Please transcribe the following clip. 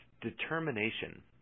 determination